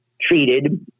treated